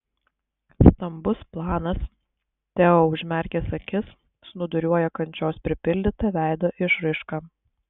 stambus planas teo užmerkęs akis snūduriuoja kančios pripildyta veido išraiška